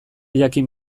jakin